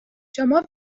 شما